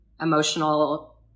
emotional